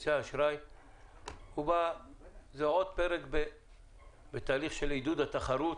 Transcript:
- הוא עוד פרק בתהליך של עידוד התחרות